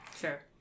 sure